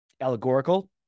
allegorical